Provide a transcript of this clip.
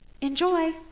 enjoy